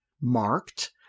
marked